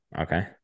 Okay